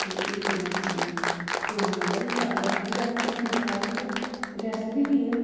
ते इक रियासी ऐ पौनी आह्ला बी शैल ऐ इत्थै बी जागत ठीक ठाक न ते रियासी बी ठीक